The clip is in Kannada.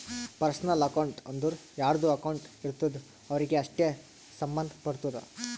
ಪರ್ಸನಲ್ ಅಕೌಂಟ್ ಅಂದುರ್ ಯಾರ್ದು ಅಕೌಂಟ್ ಇರ್ತುದ್ ಅವ್ರಿಗೆ ಅಷ್ಟೇ ಸಂಭಂದ್ ಪಡ್ತುದ